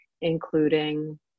including